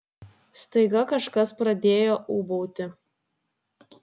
staiga kažkas pradėjo ūbauti